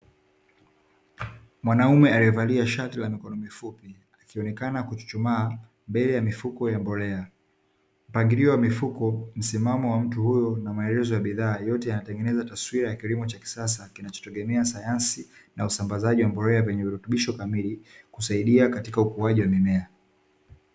Mwanaume aliyevalia shati la mikono mifupi, akionekana kuchuchumaa mbele ya mifuko ya mbolea. Mpangilio wa mifuko, msimamo wa mtu huyo na maelezo ya bidhaa, yote yanatengeneza taswira ya kilimo cha kisasa, kinachotegemea sayansi na usambazaji wa mbolea yenye virutubisho kamili, kusaidia katika ukuaji wa mimea.